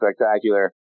spectacular